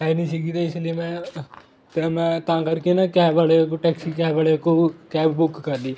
ਹੈ ਨਹੀਂ ਸੀਗੀ ਅਤੇ ਇਸ ਲੀਏ ਮੈਂ ਅਤੇ ਮੈਂ ਤਾਂ ਕਰਕੇ ਨਾ ਕੈਬ ਵਾਲਿਆਂ ਕੋਲ ਟੈਕਸੀ ਕੈਬ ਵਾਲਿਆਂ ਕੋਲ ਕੈਬ ਬੁੱਕ ਕਰ ਲਈ